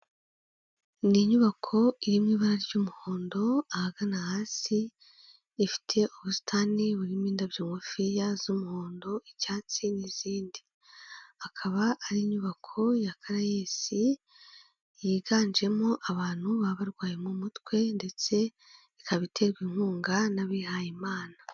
Ni inyubako iri ibara ry'umuhondo ahagana hasi, ifite ubusitani burimo indabyo ngufiya z'umuhondo, icyatsi n'izindi, akaba ari inyubako ya CARAES, yiganjemo abantu baba barwaye mu mutwe ndetse ikaba iterwa inkunga n'abihaye Imana.